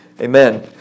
Amen